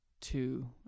two